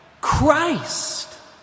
Christ